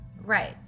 Right